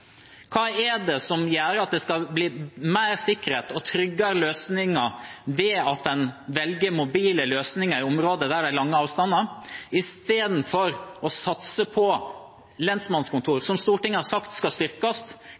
Hva er det som gjør at det skal bli mer sikkerhet og tryggere løsninger ved at en velger mobile løsninger i områder der det er lange avstander, i stedet for å satse på lensmannskontor, som Stortinget har sagt skal styrkes?